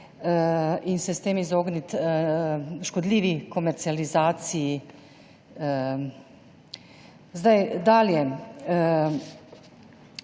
in se s tem izogniti škodljivi komercializaciji. Dalje.